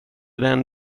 den